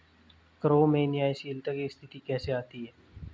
करों में न्यायशीलता की स्थिति कैसे आती है?